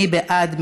מי בעד?